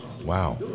Wow